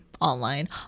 online